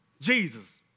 Jesus